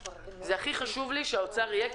הכי חשוב לי שנציגי משרד האוצר יהיו.